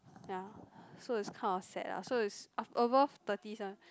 ya so it's kind of sad lah so it's af~ above thirties [one]